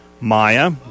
Maya